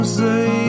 say